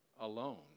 alone